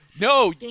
no